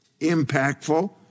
impactful